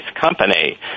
company